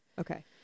Okay